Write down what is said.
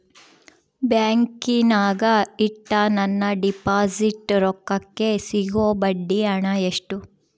ಬ್ಯಾಂಕಿನಾಗ ಇಟ್ಟ ನನ್ನ ಡಿಪಾಸಿಟ್ ರೊಕ್ಕಕ್ಕೆ ಸಿಗೋ ಬಡ್ಡಿ ಹಣ ಎಷ್ಟು?